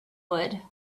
wood